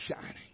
shining